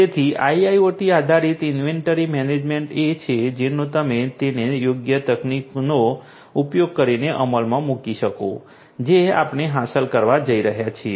તેથી આઇઆઇઓટી આધારિત inventory management એ છે જેનો તમે તેને યોગ્ય તકનીકોનો ઉપયોગ કરીને અમલમાં મૂકી શકો જે આપણે હાંસલ કરવા જઈ રહ્યા છીએ